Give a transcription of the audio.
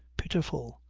pitiful,